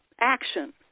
action